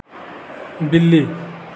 बिल्ली